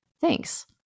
Thanks